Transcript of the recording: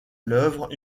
l’œuvre